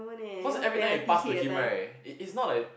cause everytime he pass to him right it's it's not like